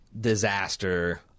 disaster